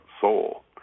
soul